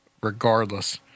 regardless